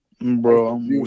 bro